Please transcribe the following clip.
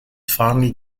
finally